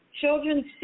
Children